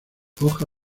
hoja